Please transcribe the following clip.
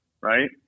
right